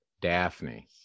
Daphne